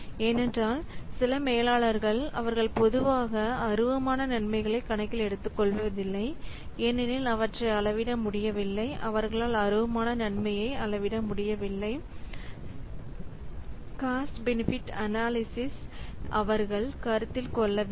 ஏனென்றால் சில மேலாளர்கள் அவர்கள் பொதுவாக அருவமான நன்மைகளை கணக்கில் எடுத்துக்கொள்வதில்லை ஏனெனில் அவற்றை அளவிட முடியவில்லை அவர்களால் அருவமான நன்மையை அளவிட முடியவில்லை காஸ்ட் பெனிபிட் அனாலிசிஸ்ல் அவர்கள் கருத்தில் கொள்ளவில்லை